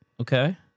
Okay